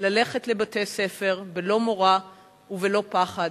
וללכת לבתי-ספר בלא מורא ובלא פחד.